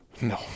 No